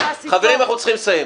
חברים, אנחנו צריכים לסיים.